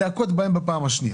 להכות בהם בפעם השנייה.